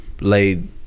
laid